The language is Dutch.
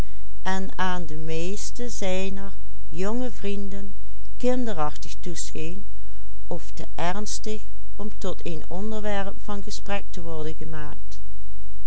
jonge vrienden kinderachtig toescheen of te ernstig om tot een onderwerp van gesprek te worden gemaakt